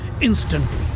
instantly